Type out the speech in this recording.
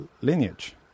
lineage